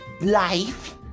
life